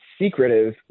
secretive